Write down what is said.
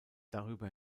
darüber